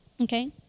Okay